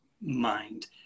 mind